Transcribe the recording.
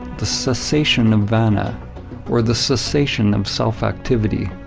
the cessation of vana or the cessation of self activity.